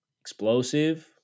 explosive